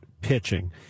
pitching